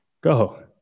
go